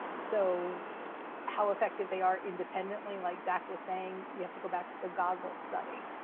so how effective they are independently, like zack was saying, you have to go back to the goggle study.